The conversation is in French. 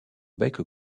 bec